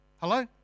hello